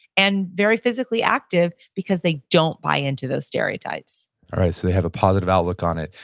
and very physically active because they don't buy into those stereotypes all right, so they have a positive outlook on it.